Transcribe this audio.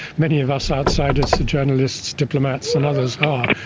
many of us outsiders the journalists, diplomats, and others are,